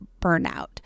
burnout